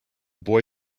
boy